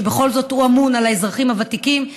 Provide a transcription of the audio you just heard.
שבכל זאת הוא האמון על האזרחים הוותיקים,